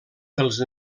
pels